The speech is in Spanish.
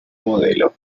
modelo